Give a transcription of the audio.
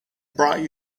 brought